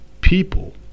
people